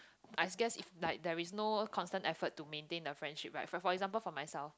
I guess it's like there's no constant effort to maintain the friendship right for for example for myself